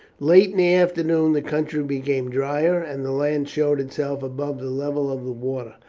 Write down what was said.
late in the afternoon the country became drier, and the land showed itself above the level of the water.